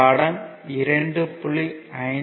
படம் 2